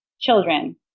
children